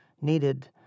needed